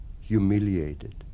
humiliated